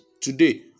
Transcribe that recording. today